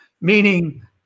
Meaning